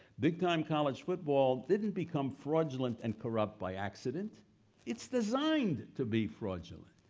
big time college football didn't become fraudulent and corrupt by accident it's designed to be fraudulent.